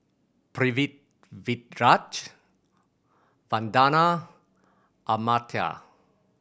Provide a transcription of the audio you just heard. Pritiviraj Vandana Amartya